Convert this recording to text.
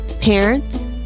parents